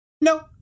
No